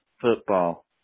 football